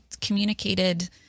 communicated